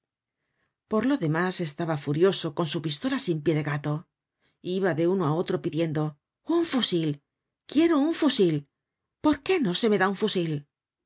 por lo demás estaba furioso con su pistola sin pie de gato iba de uno á otro pidiendo un fusil quiero un fusil por qué no se me da un fusil